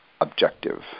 objective